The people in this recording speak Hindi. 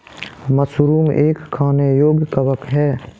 मशरूम एक खाने योग्य कवक है